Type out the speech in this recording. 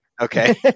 Okay